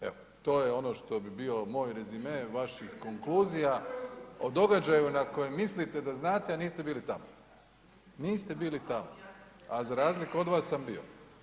Evo, to je ono što bi bio moj rezime vaših konkluzija o događaju na kojem mislite da znate, a niste bili tamo, niste bili tamo, a za razliku od vas sam bio.